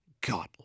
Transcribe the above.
God